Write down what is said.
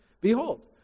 Behold